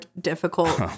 difficult